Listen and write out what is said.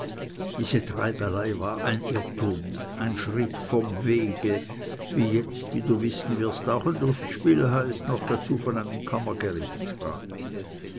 diese treibelei war ein irrtum ein schritt vom wege wie jetzt wie du wissen wirst auch ein lustspiel heißt noch dazu von einem kammergerichtsrat